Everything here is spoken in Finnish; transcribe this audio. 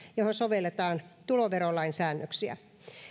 johon sovelletaan tuloverolain säännöksiä